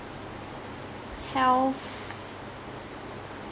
health